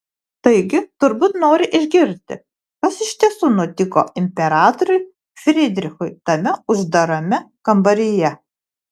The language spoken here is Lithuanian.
taigi turbūt nori išgirsti kas iš tiesų nutiko imperatoriui frydrichui tame uždarame kambaryje